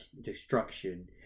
destruction